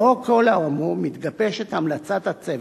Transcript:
לאור כל האמור מתגבשת המלצה בצוות,